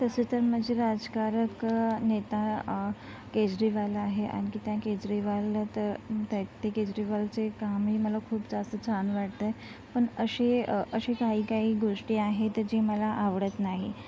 तसे तर माझे राजकारक नेता केजरीवाल आहे आणखी त्या केजरीवाल तर त्या ते केजरीवालचे कामही मला खूप जास्त छान वाटते पण असे असे काही काही गोष्टी आहे तर जे मला आवडत नाही